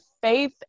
faith